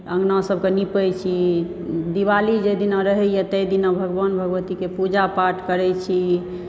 ऑंगना सबके नीपै छी दिवाली जेहि दिन रहैया ताहि दिन भगवान भगवती के पूजा पाठ करै छी